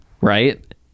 right